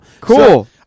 Cool